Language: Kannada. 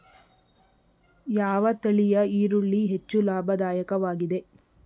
ಯಾವ ತಳಿಯ ಈರುಳ್ಳಿ ಹೆಚ್ಚು ಲಾಭದಾಯಕವಾಗಿದೆ?